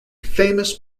famous